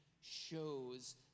shows